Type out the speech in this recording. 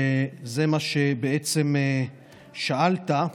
שעל זה בעצם שאלת.